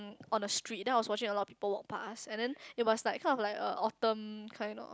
on the street then I was watching a lot of people walk pass and then it must like kind of like a Autumn kind of